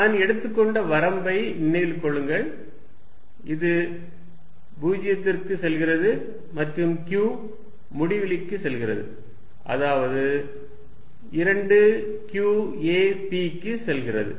நான் எடுத்துக்கொண்ட வரம்பை நினைவில் கொள்ளுங்கள் இது 0 க்குச் செல்கிறது மற்றும் q முடிவிலிக்குச் செல்கிறது அதாவது 2 q a p க்கு செல்கிறது